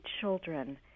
children